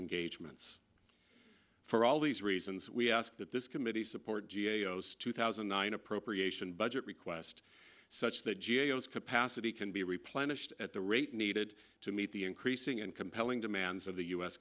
engagements for all these reasons we ask that this committee support geos two thousand and nine appropriation budget request such that g a o capacity can be replenished at the rate needed to meet the increasing and compelling demands of the u